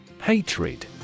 Hatred